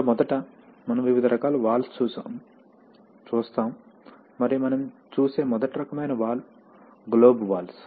ఇప్పుడు మొదట మనం వివిధ రకాల వాల్వ్స్ చూస్తాము మరియు మనం చూసే మొదటి రకమైన వాల్వ్ గ్లోబ్ వాల్వ్స్